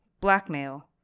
blackmail